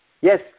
Yes